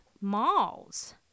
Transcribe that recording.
malls